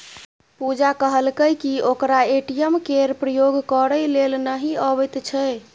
पुजा कहलकै कि ओकरा ए.टी.एम केर प्रयोग करय लेल नहि अबैत छै